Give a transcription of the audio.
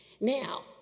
Now